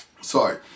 Sorry